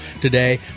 today